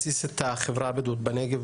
מתסיס את החברה הבדואית בנגב,